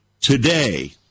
today